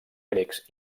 grecs